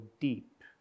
deep